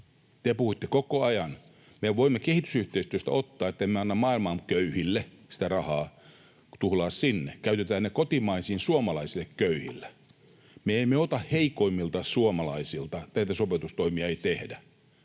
Te puhuitte koko ajan, että mehän voimme kehitysyhteistyöstä ottaa, että emme anna maailman köyhille sitä rahaa, tuhlaa sinne, käytetään ne kotimaisiin, suomalaisille köyhille. Me emme ota heikoimmilta suomalaisilta, näitä sopeutustoimia ei heille